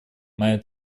моя